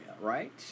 right